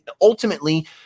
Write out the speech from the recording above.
ultimately